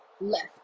left